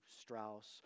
Strauss